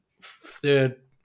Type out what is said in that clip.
third